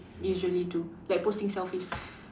usually do like posting selfies